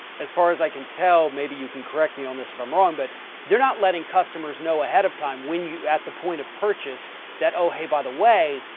as far as i can tell, maybe you can correct me on this if i'm wrong, but they're not letting customers know ahead of time when you at the point of purchase that, oh hey, by the way,